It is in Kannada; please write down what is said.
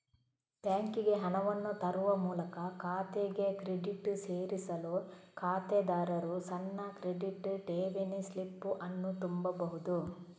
ಬ್ಯಾಂಕಿಗೆ ಹಣವನ್ನು ತರುವ ಮೂಲಕ ಖಾತೆಗೆ ಕ್ರೆಡಿಟ್ ಸೇರಿಸಲು ಖಾತೆದಾರರು ಸಣ್ಣ ಕ್ರೆಡಿಟ್, ಠೇವಣಿ ಸ್ಲಿಪ್ ಅನ್ನು ತುಂಬಬಹುದು